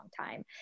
time